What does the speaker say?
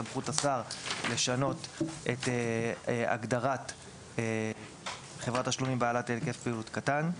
סמכות השר לשנות את הגדרת חברת תשלום בעלת היקף פעילות קטן.